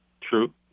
True